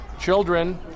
children